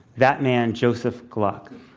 that man, joseph gluck,